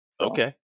Okay